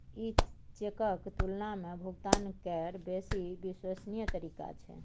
ई चेकक तुलना मे भुगतान केर बेसी विश्वसनीय तरीका छै